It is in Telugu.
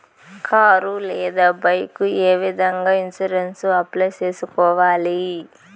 కారు లేదా బైకు ఏ విధంగా ఇన్సూరెన్సు అప్లై సేసుకోవాలి